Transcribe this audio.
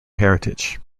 heritage